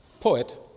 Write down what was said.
poet